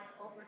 over